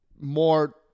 more